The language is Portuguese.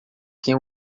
quem